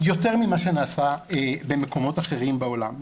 יותר ממה שנעשה במקומות אחרים בעולם.